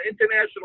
international